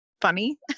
funny